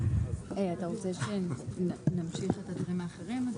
אתה רוצה שנמשיך את הדברים האחרים?